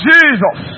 Jesus